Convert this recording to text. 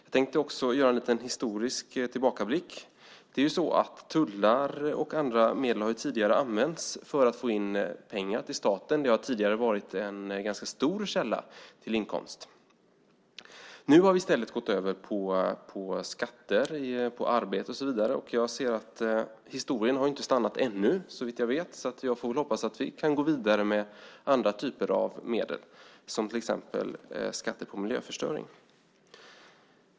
Jag tänkte också göra en liten historisk tillbakablick. Tullar och andra medel har tidigare använts för att få in pengar till staten, och det har varit en ganska stor källa till inkomst. Nu har vi i stället gått över till skatter på arbete och så vidare. Historien har så vitt jag vet inte stannat ännu så jag hoppas att vi kan gå vidare med andra typer av medel, som till exempel skatter på miljöförstöring.